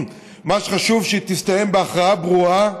מה שחשוב הוא שהיא תסתיים בהכרעה ברורה,